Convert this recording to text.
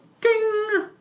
Ding